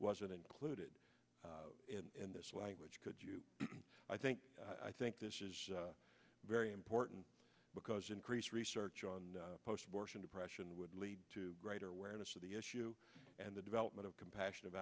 wasn't included in this language could you i think i think this is very important because increase research on post abortion depression would lead to greater awareness of the issue and the development of compassion